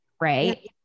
right